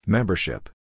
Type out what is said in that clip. Membership